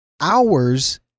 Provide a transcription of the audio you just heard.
hours